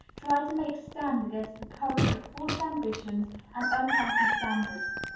try to make stand against the current of false ambitions and unhealthy standards.